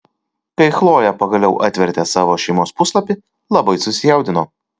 kai chlojė pagaliau atvertė savo šeimos puslapį labai susijaudino